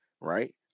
Right